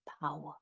power